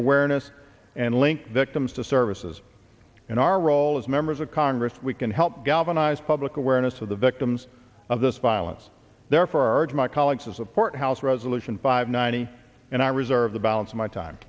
awareness and link victims to services in our role as members of congress we can help galvanize public awareness of the victims of this violence therefore arge my colleagues to support house resolution five ninety and i reserve the balance of my time